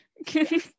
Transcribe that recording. okay